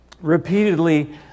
repeatedly